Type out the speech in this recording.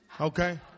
Okay